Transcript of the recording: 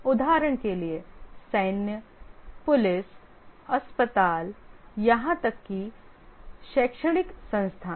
उदाहरण के लिए सैन्य पुलिस अस्पताल यहां तक कि शैक्षणिक संस्थान